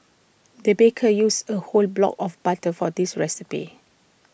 the baker used A whole block of butter for this recipe